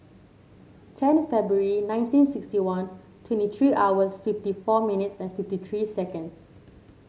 ten February nineteen sixty one twenty three hours fifty four minutes and fifty three seconds